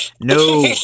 No